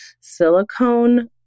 silicone